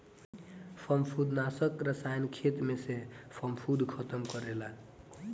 फंफूदनाशक रसायन खेत में से फंफूद खतम करेला